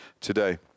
today